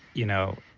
you know,